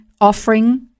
offering